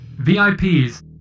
VIPs